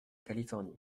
californie